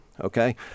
Okay